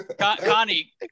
Connie